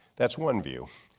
that's one view.